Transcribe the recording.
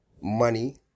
money